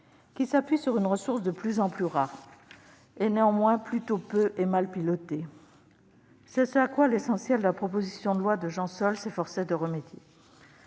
s'appuie sur une ressource de plus en plus rare, et néanmoins plutôt peu et mal pilotée. C'est ce à quoi l'essentiel de la proposition de loi de Jean Sol s'efforçait de remédier.